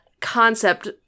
concept